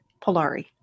Polari